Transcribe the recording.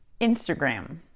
Instagram